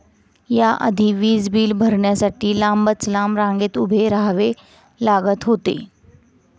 या आधी वीज बिल भरण्यासाठी लांबच लांब रांगेत उभे राहावे लागत होते